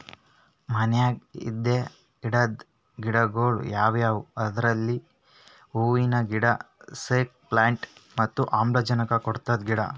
ಮನ್ಯಾಗ್ ಇಡದ್ ಗಿಡಗೊಳ್ ಯಾವ್ಯಾವ್ ಅಂದ್ರ ಲಿಲ್ಲಿ ಹೂವಿನ ಗಿಡ, ಸ್ನೇಕ್ ಪ್ಲಾಂಟ್ ಮತ್ತ್ ಆಮ್ಲಜನಕ್ ಕೊಡಂತ ಗಿಡ